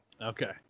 Okay